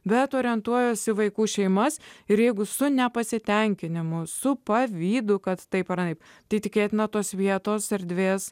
bet orientuojas į vaikų šeimas ir jeigu su nepasitenkinimu su pavydu kad taip ar anaip tai tikėtina tos vietos erdvės